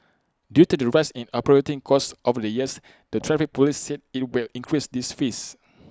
due to the rise in operating costs over the years the traffic Police said IT will increase these fees